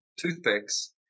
toothpicks